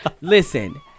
Listen